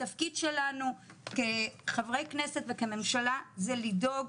התפקיד שלנו כחברי כנסת וכממשלה זה לדאוג